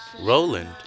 Roland